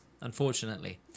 unfortunately